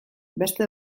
beste